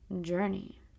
journey